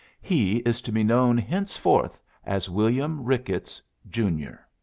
he is to be known henceforth as william ricketts, junior.